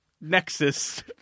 nexus